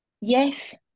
Yes